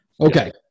Okay